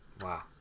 Wow